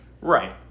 Right